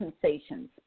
sensations